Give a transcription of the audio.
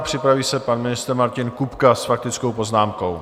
Připraví se pan ministr Martin Kupka s faktickou poznámkou.